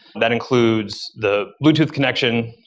that includes the bluetooth connection,